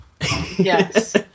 yes